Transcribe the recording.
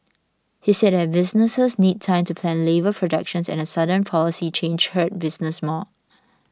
he said that businesses need time to plan labour projections and a sudden policy change hurt businesses more